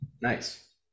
Nice